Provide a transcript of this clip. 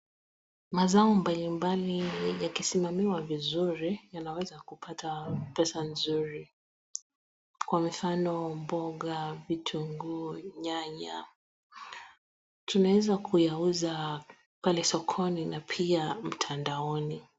Mazao mbalimbali yakisimamiwa vizuri yanaweza kupata pesa mzuri kwa mfano mboga , vitunguu , nyanya tuaeza kuyauza pale sokoni na pia mitandaoni.